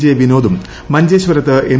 J വിനോദും മഞ്ചേശ്വരത്ത് M